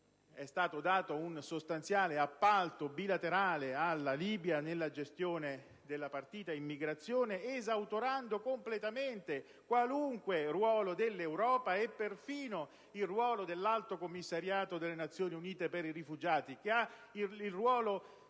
è stato dato un sostanziale appalto bilaterale alla Libia nella gestione della partita immigrazione, esautorando completamente qualunque ruolo dell'Europa e perfino dell'Alto commissariato delle Nazioni Unite per i rifugiati, che ha il ruolo